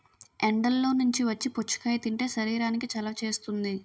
ఎండల్లో నుంచి వచ్చి పుచ్చకాయ తింటే శరీరానికి చలవ చేస్తుంది